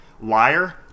Liar